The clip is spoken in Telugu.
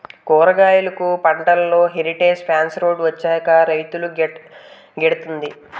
కూరగాయలు పంటలో హెరిటేజ్ ఫెన్స్ రోడ్ వచ్చాక రైతుకు గిడతంది